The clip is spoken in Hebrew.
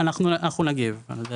אנחנו נגיב.